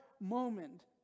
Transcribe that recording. moment